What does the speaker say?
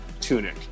tunic